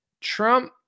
Trump